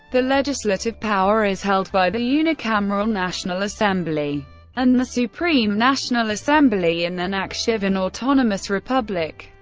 the legislative power is held by the unicameral national assembly and the supreme national assembly in the nakhchivan autonomous republic.